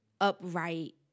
upright